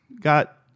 got